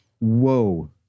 whoa